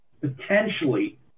potentially